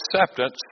acceptance